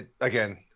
Again